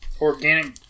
Organic